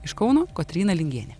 iš kauno kotryna lingienė